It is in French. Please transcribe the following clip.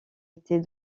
était